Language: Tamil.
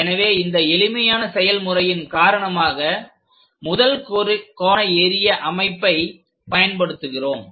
எனவே இந்த எளிமையான செயல் முறையின் காரணமாக முதல் கோண எறிய அமைப்பை பயன்படுத்துகிறோம்